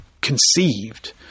conceived